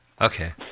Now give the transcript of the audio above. Okay